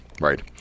right